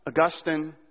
Augustine